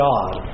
God